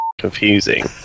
confusing